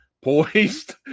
poised